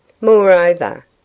Moreover